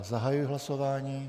Zahajuji hlasování.